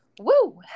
woo